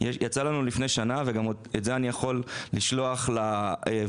יצא לנו לפני שנה אני יכול לשלוח לוועדה